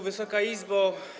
Wysoka Izbo!